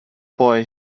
boy